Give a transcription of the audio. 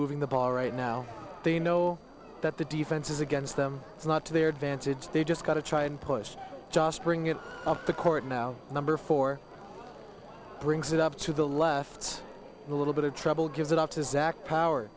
moving the ball right now they know that the defense is against them it's not to their advantage they've just got to try and push just bring it on the court now number four brings it up to the left a little bit of trouble gives it up to zach power